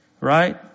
right